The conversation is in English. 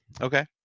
Okay